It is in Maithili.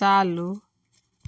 चालू